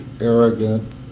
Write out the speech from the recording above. arrogant